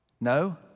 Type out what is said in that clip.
No